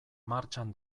martxan